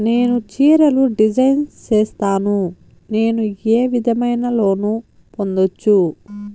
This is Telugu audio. నేను చీరలు డిజైన్ సేస్తాను, నేను ఏ విధమైన లోను పొందొచ్చు